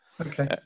okay